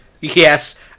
Yes